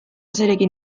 zerekin